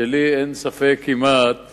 שלי אין ספק כמעט